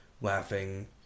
laughing